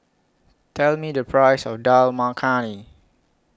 Tell Me The Price of Dal Makhani